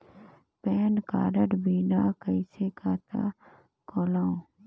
Pan card बिना कइसे खाता खोलव?